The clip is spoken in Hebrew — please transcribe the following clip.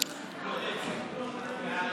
6. קבוצת הרשימה המשותפת וחברי הכנסת יאיר לפיד,